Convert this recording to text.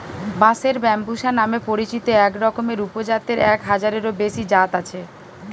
বাঁশের ব্যম্বুসা নামে পরিচিত একরকমের উপজাতের এক হাজারেরও বেশি জাত আছে